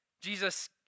Jesus